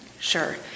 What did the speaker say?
Sure